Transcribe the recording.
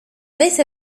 ليس